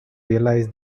realize